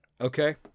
Okay